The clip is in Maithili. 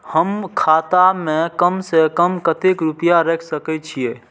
हम खाता में कम से कम कतेक रुपया रख सके छिए?